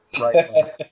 right